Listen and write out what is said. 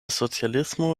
socialismo